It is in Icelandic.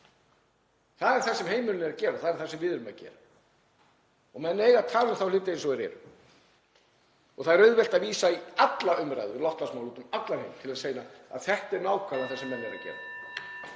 Það er það sem heimurinn er að gera, það er það sem við erum að gera. Og menn eiga að tala um þá hluti eins og þeir eru. Það er auðvelt að vísa í alla umræðu um loftslagsmál úti um allan heim til að sjá að þetta er nákvæmlega það sem menn eru að gera.